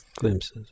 Glimpses